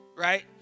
right